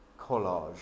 collage